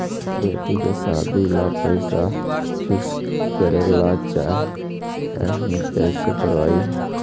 बेटि के सादी ल पैसा फिक्स करे ल चाह ही कैसे करबइ?